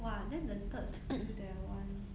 !wah! then the third skill that I want